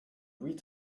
louis